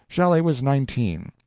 shelley was nineteen.